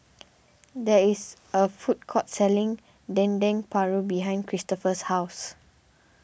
there is a food court selling Dendeng Paru behind Christoper's house